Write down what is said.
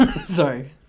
Sorry